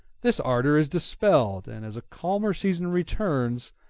this ardor is dispelled and as a calmer season returns,